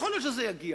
יכול להיות שזה יגיע,